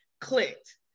clicked